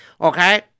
okay